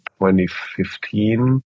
2015